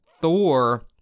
Thor